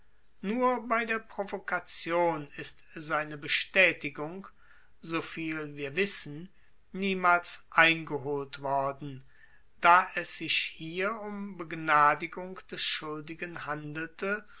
nur bei der provokation ist seine bestaetigung soviel wir wissen niemals eingeholt worden da es sich hier um begnadigung des schuldigen handelte